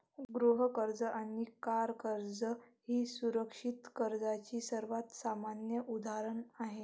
गृह कर्ज आणि कार कर्ज ही सुरक्षित कर्जाची सर्वात सामान्य उदाहरणे आहेत